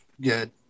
good